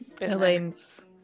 Elaine's